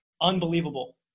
unbelievable